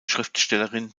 schriftstellerin